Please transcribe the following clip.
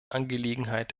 angelegenheit